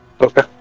Okay